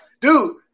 dude